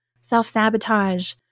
self-sabotage